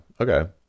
Okay